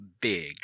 big